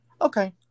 okay